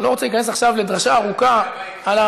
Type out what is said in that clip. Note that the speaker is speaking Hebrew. אני לא רוצה להיכנס עכשיו לדרשה ארוכה על,